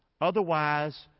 Otherwise